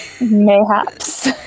Mayhaps